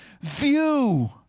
view